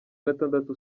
gatandatu